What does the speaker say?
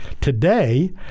today